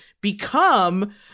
become